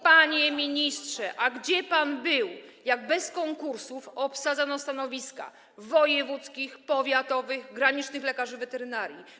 Panie ministrze, a gdzie pan był, jak bez konkursów obsadzano stanowiska wojewódzkich, powiatowych, granicznych lekarzy weterynarii?